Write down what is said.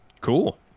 Cool